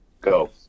go